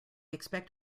expect